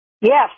Yes